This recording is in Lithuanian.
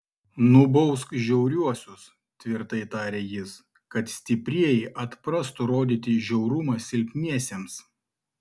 nubausk žiauriuosius tvirtai tarė jis kad stiprieji atprastų rodyti žiaurumą silpniesiems